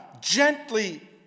gently